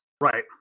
right